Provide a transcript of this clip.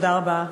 תודה רבה.